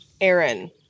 Aaron